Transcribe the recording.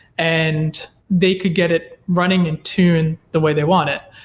and they could get it running and tune the way they want it.